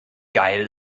geil